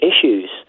issues